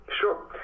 Sure